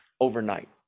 overnight